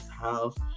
house